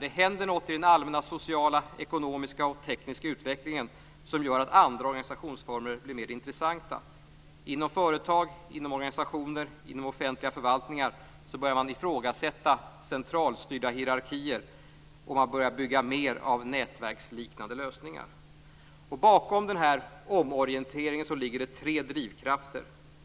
Det händer något i den allmänna sociala, ekonomiska och tekniska utvecklingen som gör att andra organisationsformer blir mer intressanta. Inom företag, organisationer och offentlig förvaltning börjar man ifrågasätta centralstyrda hierarkier, och man börjar bygga mer av nätverksliknande lösningar. Bakom denna omorientering ligger tre drivkrafter: